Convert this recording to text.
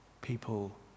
people